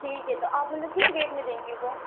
ٹھیک ہے تو آپ مطلب کس ریٹ میں دیں گے وہ